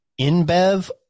InBev